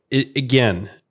again